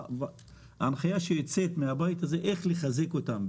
ההנחיה שיוצאת מהבית הזה זה איך לחזק אותם.